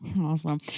Awesome